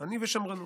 אני ושמרנות.